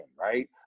right